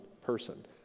person